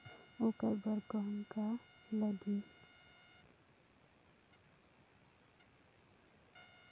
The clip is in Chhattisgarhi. ओकर बर कौन का लगी?